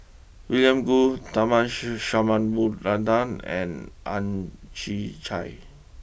William Goode Tharman Shanmugaratnam and Ang Chwee Chai